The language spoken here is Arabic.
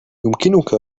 يمكنك